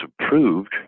approved